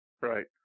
Right